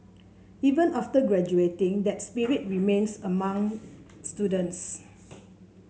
even after graduating that spirit remains among students